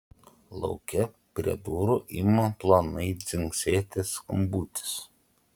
lauke prie durų ima plonai dzingsėti skambutis